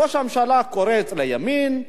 ראש הממשלה קורץ לימין,